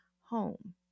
home